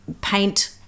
paint